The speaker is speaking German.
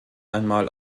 einmal